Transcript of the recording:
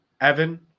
Evan